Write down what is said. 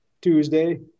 Tuesday